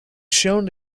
shown